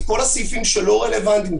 את כל הסעיפים שלא רלוונטיים,